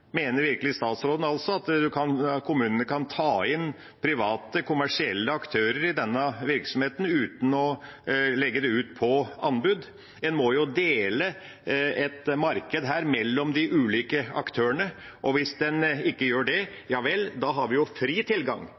Mener virkelig statsråden at kommunene kan ta inn private kommersielle aktører i denne virksomheten uten å legge det ut på anbud? En må jo her dele et marked mellom de ulike aktørene. Hvis en ikke gjør det, ja vel, da har vi fri tilgang,